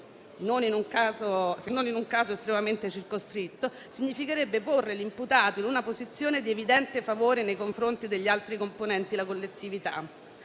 non in un caso estremamente circoscritto, significherebbe porre l'imputato in «una posizione di evidente favore nei confronti degli altri componenti la collettività»);